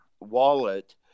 wallet